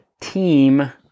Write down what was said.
team